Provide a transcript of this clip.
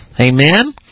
Amen